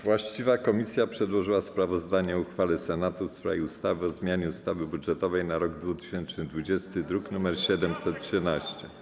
Właściwa komisja przedłożyła sprawozdanie o uchwale Senatu w sprawie ustawy o zmianie ustawy budżetowej na rok 2020, druk nr 713.